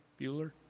Bueller